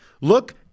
look